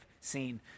seen